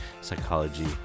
psychology